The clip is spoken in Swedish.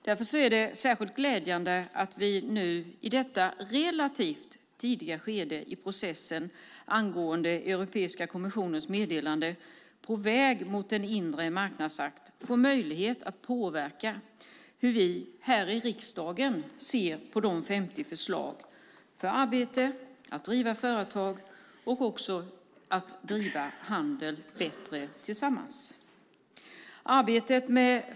Därför är det särskilt glädjande att vi nu i detta relativt tidiga skede i processen angående Europeiska kommissionens meddelande På väg mot en inre marknadsakt får möjlighet att påverka och tala om hur vi här i riksdagen ser på de 50 förslagen för att arbeta, driva företag och handel bättre tillsammans.